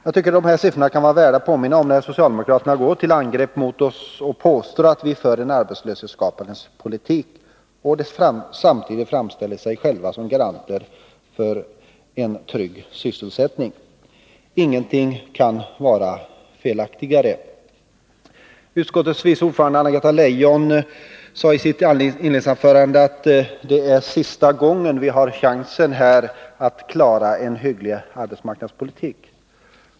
Jag tycker att dessa siffror kan vara värda att påminna om när socialdemokraterna går till angrepp mot oss och påstår att vi för en arbetslöshetsskapande politik samtidigt som de framställer sig själva som garanter för en trygg sysselsättning. Ingenting kan vara felaktigare! Utskottets vice ordförande, Anna-Greta Leijon, sade i sitt inledningsanförande att det i dag är sista gången vi har chansen att klara en hygglig arbetsmarknadspolitik.